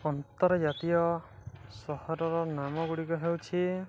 ଆନ୍ତର୍ଜାତୀୟ ସହରର ନାମ ଗୁଡ଼ିକ ହେଉଛି